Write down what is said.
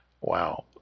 Wow